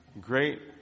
great